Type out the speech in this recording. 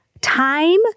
time